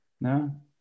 No